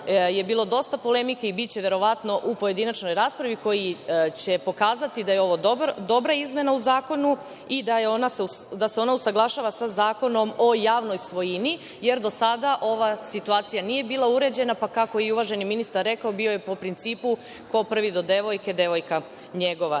je bilo dosta polemike i biće verovatno u pojedinačnoj raspravi, koji će pokazati da je ovo dobra izmena u zakonu i da se ona usaglašava sa Zakonom o javnoj svojini, jer do sada ova situacija nije bila uređena, pa kako je i uvaženi ministar rekao, bio je po principu – ko prvi do devojke, devojka njegova.